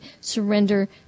surrender